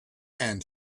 and